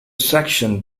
section